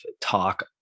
talk